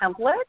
template